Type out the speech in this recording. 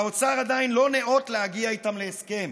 והאוצר עדיין לא ניאות להגיע איתן להסכם.